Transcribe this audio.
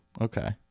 Okay